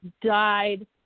died